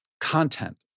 content